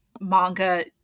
manga